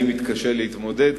אני מתקשה להתמודד,